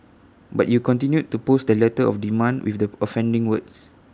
but you continued to post the letter of demand with the offending words